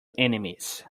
enemies